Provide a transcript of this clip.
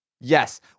Yes